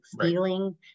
feeling